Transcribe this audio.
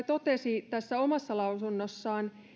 totesi tässä omassa lausunnossaan